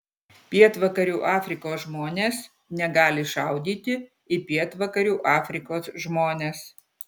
pietvakarių afrikos žmonės negali šaudyti į pietvakarių afrikos žmones